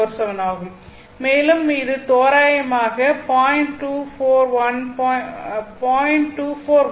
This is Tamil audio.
47 ஆகும் மேலும் இந்த தோராயமாக 0